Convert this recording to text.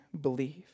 believe